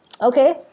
okay